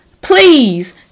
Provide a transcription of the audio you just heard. please